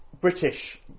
British